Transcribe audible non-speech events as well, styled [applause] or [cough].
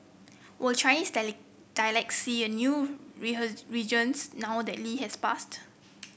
were Chinese [unintelligible] dialect see a new [unintelligible] resurgence now that Lee has passed